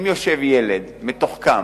אבל אם יושב ילד מתוחכם,